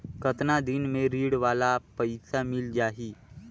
कतना दिन मे ऋण वाला पइसा मिल जाहि?